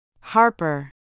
Harper